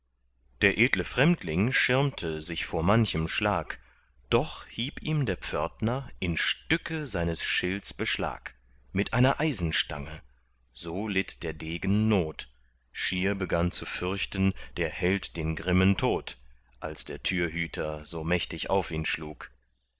der edle fremdling schirmte sich vor manchem schlag doch hieb ihm der pförtner in stücke seines schilds beschlag mit einer eisenstange so litt der degen not schier begann zu fürchten der held den grimmen tod als der türhüter so mächtig auf ihn schlug